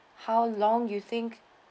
how long you think